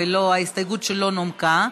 וההסתייגות לא נומקה.